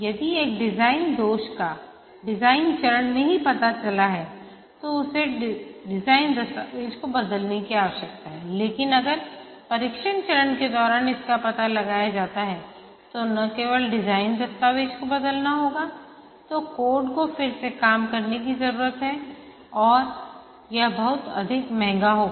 यदि एक डिज़ाइन दोष का डिज़ाइन चरण में ही पता चला है तो उसे डिज़ाइन दस्तावेज़ को बदलने की आवश्यकता हैलेकिन अगर परीक्षण चरण के दौरान इसका पता लगाया जाता है तो न केवल डिज़ाइन दस्तावेज़ को बदलना होगा तो कोड को फिर से काम करने की जरूरत है और यह बहुत अधिक महंगा होगा